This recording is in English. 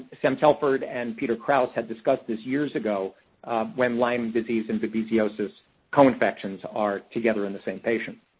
sam telford and peter krause had discussed this years ago when lyme disease and babesiosis co-infections are together in the same patient.